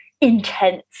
intense